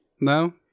no